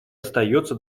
остается